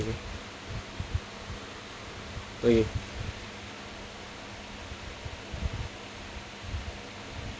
okay okay